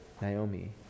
Naomi